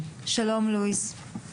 שלום לואיס.